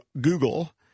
Google